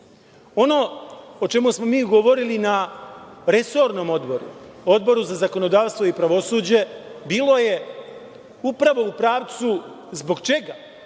o čemu smo mi govorili i na resornom odboru, Odboru za zakonodavstvo i pravosuđe, bilo je upravo u pravcu zbog čega